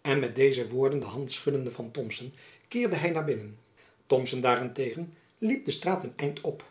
en met deze woorden de hand schuddende van thomson keerde hy naar binnen thomson daaren tegen liep de straat een eind op